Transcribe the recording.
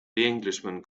englishman